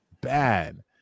bad